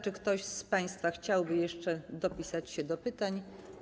Czy ktoś z państwa chciałby jeszcze dopisać się do listy?